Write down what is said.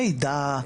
מידע?